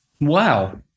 Wow